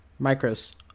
Micros